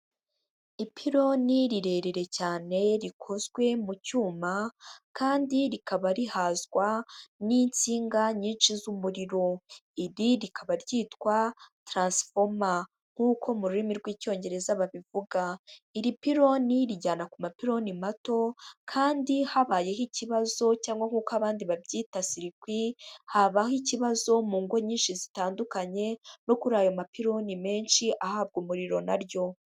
Ipironi rirerire cyane rikozwe mu cyuma kandi rikaba rihazwa n'insinga nyinshi z'umuriro. Iri rikaba ryitwa tarasifoma nk'uko mu rurimi rw'Icyongereza babivuga. Iri pironi rijyana ku mapiponi mato kandi habayeho ikibazo cyangwa nk'uko abandi babyita sirikwi, habaho ikibazo mu ngo nyinshi zitandukanye, no kuri ayo mapironi menshi ahabwa umuriro na ryo.